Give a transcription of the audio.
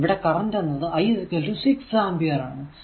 ഇവിടെ കറന്റ് എന്നത് I 6 ampere ആണ്